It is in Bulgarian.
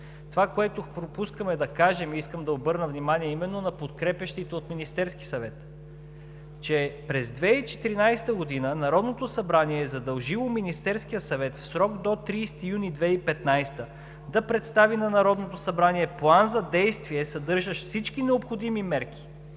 Това, което пропускаме да кажем, и искам да обърна внимание именно на подкрепящите от Министерския съвет, е, че през 2014 г. Народното събрание е задължило Министерския съвет в срок до 30 юни 2015 г. да представи на Народното събрание План за действие, съдържащ всички необходими мерки,